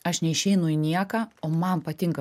aš neišeinu į nieką o man patinka